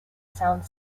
sound